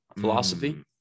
philosophy